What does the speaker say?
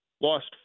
lost